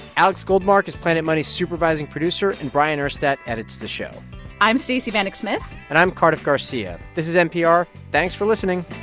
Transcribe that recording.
alex goldmark is planet money's supervising producer and bryant urstadt edits the show i'm stacey vanek smith and i'm cardiff garcia. this is npr. thanks for listening